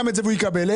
המספר --- אבל